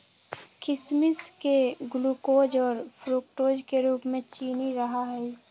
किशमिश में ग्लूकोज और फ्रुक्टोज के रूप में चीनी रहा हई